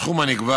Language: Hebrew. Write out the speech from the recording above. הסכום הנקבע